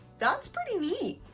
that's pretty neat.